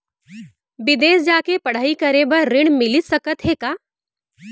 बिदेस जाके पढ़ई करे बर ऋण मिलिस सकत हे का?